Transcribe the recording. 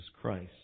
Christ